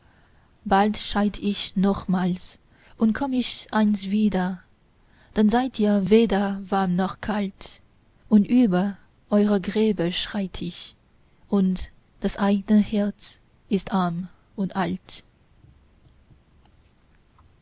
bald scheid ich nochmals und komm ich einst wieder dann seid ihr weder warm noch kalt und über eure gräber schreit ich und das eigne herz ist arm und alt